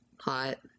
hot